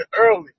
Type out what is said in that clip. early